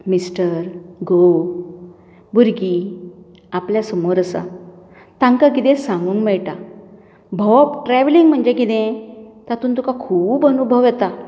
mister घोव भुरगीं आपल्या समोर आसा तांकां कितेंय सांगूंक मेळटा भोंवप ट्रेवलींग म्हणजे कितें तातूंत तुका खूब अनुभव येता